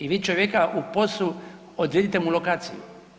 I vi čovjeka u POS-u, odredite mu lokaciju.